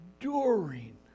enduring